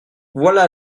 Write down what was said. voilà